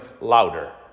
louder